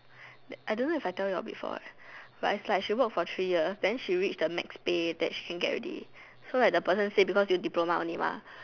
I don't know if I tell you before it is like she work for three years then she get the max pay she can get already then the person say because you diploma only mah